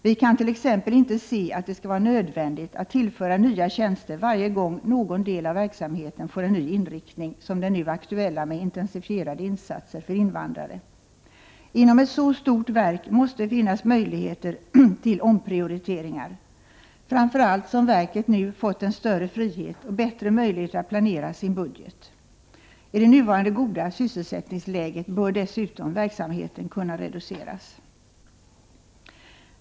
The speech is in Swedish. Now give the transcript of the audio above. Vi kan t.ex. inte se att det skall vara nödvändigt att tillföra nya tjänster varje gång någon del av verksamheten får en ny inriktning som den nu aktuella med intensifierade insatser för invandrare. Inom ett så stort verk måste det finnas möjligheter till omprioriteringar, framför allt som verket nu har fått en större frihet och bättre möjligheter att planera sin budget. I det nuvarande goda sysselsättningsläget bör dessutom verksamheten kunna reduceras.